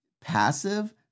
passive